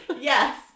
yes